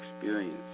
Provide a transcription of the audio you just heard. experience